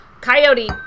coyote